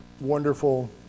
wonderful